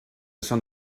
són